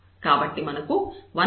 కాబట్టి మనకు 1λ±12 ఉంది